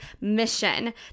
mission